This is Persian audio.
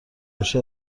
باشی